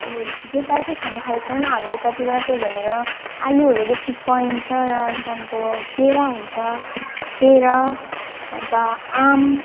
अब जे पायो त्यही खाने छैन हाम्रो यतातिर त्यही भनेर आलुहरू बेसी पाइन्छ र अनि त्यहाँदेखिको केरा हुन्छ केरा अन्त आँप